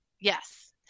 yes